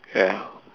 ya